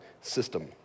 system